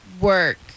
work